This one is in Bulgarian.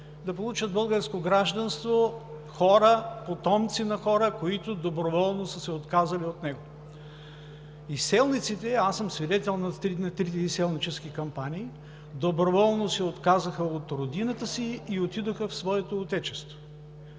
да получат българско гражданство, а са потомци на хора, които доброволно са се отказали от него. Изселниците – свидетел съм на трите изселнически кампании, доброволно се отказаха от родината си и отидоха в своето отечество.